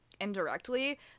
indirectly